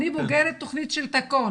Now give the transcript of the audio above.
אני בוגרת תוכנית של תקון.